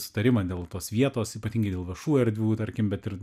sutarimą dėl tos vietos ypatingai dėl viešų erdvių tarkim bet ir